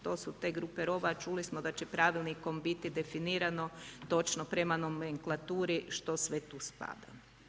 To su te grupe roba, čuli smo da će pravilnikom biti definirano, točno prema nomenklaturi, što sve tu spada.